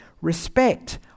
respect